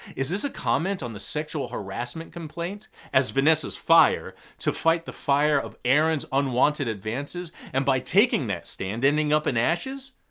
is this a comment on the sexual harassment complaint as vanessa's fire to fight the fire of aaron's unwanted advances? and by taking that stand ending up in ashes?